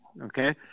Okay